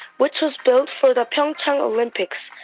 which was built for the pyeongchang olympics.